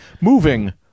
moving